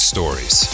Stories